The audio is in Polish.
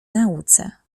nauce